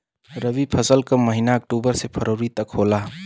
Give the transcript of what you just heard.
रवी फसल क महिना अक्टूबर से फरवरी तक होला